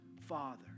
father